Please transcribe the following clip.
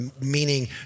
meaning